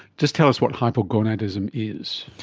just tell us what hypogonadism is.